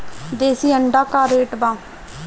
देशी अंडा का रेट बा?